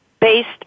based